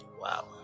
wow